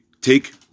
take